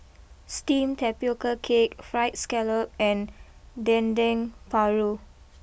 Steamed Tapioca Cake Fried Scallop and Dendeng Paru